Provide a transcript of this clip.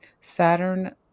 Saturn